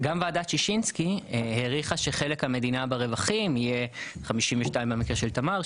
גם ועדת ששינסקי העריכה שחלק המדינה ברווחים יהיה 52 במקרה של תמר,